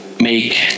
make